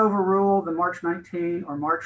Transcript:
overrule the march th or march